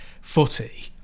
footy